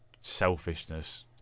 selfishness